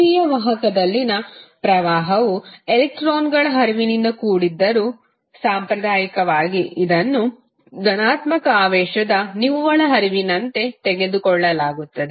ಲೋಹೀಯ ವಾಹಕದಲ್ಲಿನ ಕರೆಂಟ್ ಎಲೆಕ್ಟ್ರಾನ್ಗಳ ಹರಿವಿನಿಂದ ಕೂಡಿದ್ದರೂ ಸಾಂಪ್ರದಾಯಿಕವಾಗಿ ಇದನ್ನು ಧನಾತ್ಮಕ ಆವೇಶದ ನಿವ್ವಳ ಹರಿವಿನಂತೆ ತೆಗೆದುಕೊಳ್ಳಲಾಗುತ್ತದೆ